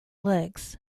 legs